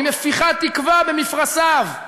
היא מפיחה תקווה במפרשיו.